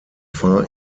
far